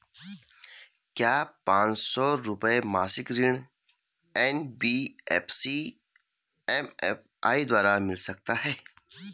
क्या पांच सौ रुपए मासिक ऋण एन.बी.एफ.सी एम.एफ.आई द्वारा मिल सकता है?